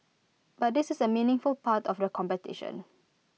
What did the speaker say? but this is A meaningful part of the competition